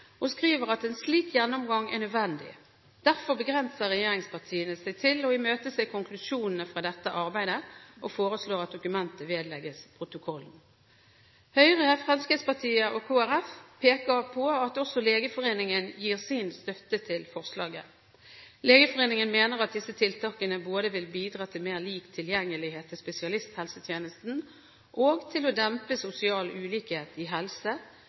og skriver at en slik gjennomgang er nødvendig. Derfor begrenser regjeringspartiene seg til å imøtese konklusjonene fra dette arbeidet, og foreslår at dokumentet vedlegges protokollen. Høyre, Fremskrittspartiet og Kristelig Folkeparti peker på at også Legeforeningen gir sin støtte til forslaget. Legeforeningen mener at disse tiltakene vil bidra til mer lik tilgjengelighet til spesialisthelsetjenesten og til å dempe sosial ulikhet i helse